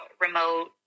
remote